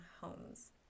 homes